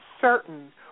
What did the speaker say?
certain